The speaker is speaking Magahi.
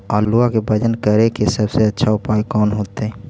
आलुआ के वजन करेके सबसे अच्छा उपाय कौन होतई?